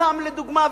סתם לדוגמה,